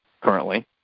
currently